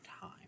time